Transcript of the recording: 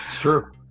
Sure